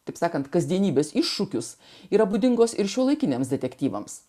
taip sakant kasdienybės iššūkius yra būdingos ir šiuolaikiniams detektyvams